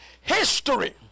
History